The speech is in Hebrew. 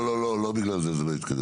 לא, לא, לא בגלל זה זה לא התקדם.